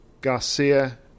Garcia